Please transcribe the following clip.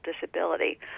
disability